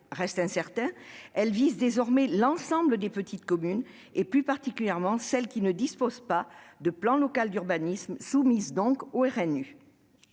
reste incertain. Elle vise désormais l'ensemble des petites communes, plus particulièrement celles qui ne disposent pas de plan local d'urbanisme et qui sont donc soumises